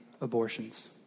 abortions